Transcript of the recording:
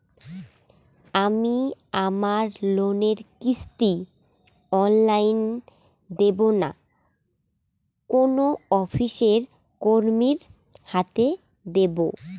আমি আমার লোনের কিস্তি অনলাইন দেবো না কোনো অফিসের কর্মীর হাতে দেবো?